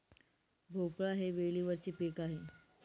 भोपळा हे वेलीवरचे पीक आहे